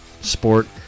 sport